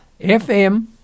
FM